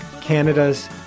Canada's